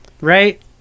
Right